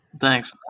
Thanks